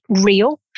real